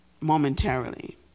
momentarily